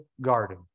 garden